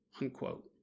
unquote